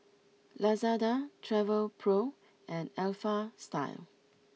Lazada Travelpro and Alpha Style